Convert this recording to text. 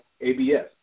ABS